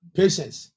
patience